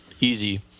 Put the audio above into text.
easy